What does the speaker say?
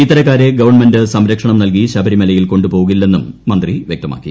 ഇത്തരക്കാരെ ഗവൺമെന്റ് സംരക്ഷണം നൽകി ശബരിമലയിൽ കൊണ്ടുപോകില്ലെന്നും മന്ത്രി വ്യക്തമാക്കി